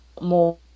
more